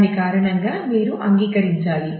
దాని కారణంగా మీరు అంగీకరించాలి